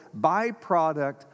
byproduct